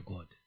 God